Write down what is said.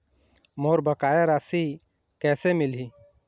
मोर बकाया राशि कैसे मिलही?